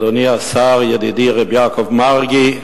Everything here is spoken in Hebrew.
אדוני השר, ידידי הרב יעקב מרגי,